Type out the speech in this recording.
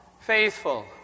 faithful